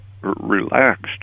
relaxed